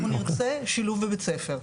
אנחנו נרצה שילוב בבית ספר.